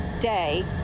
day